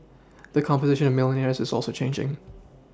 the composition of milLionaires is also changing